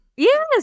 Yes